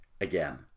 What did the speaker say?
Again